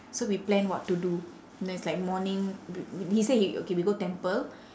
so we plan what to do then it's like morning b~ he say he okay we go temple